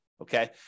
Okay